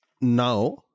now